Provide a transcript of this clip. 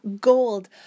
gold